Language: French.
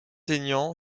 aignan